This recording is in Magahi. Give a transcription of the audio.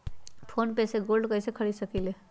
फ़ोन पे से गोल्ड कईसे खरीद सकीले?